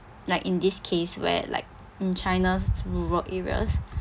like in this case where like in china's rural areas